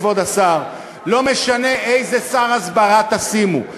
כבוד השר: לא משנה איזה שר הסברה תשימו,